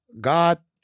God